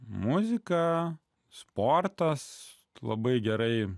muzika sportas labai gerai